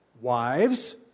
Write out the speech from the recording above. Wives